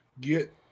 Get